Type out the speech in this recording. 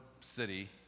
city